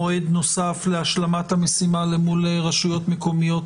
מועד נוסף להשלמת המשימה אל מול רשויות מקומיות